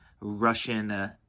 russian